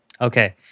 Okay